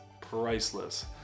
priceless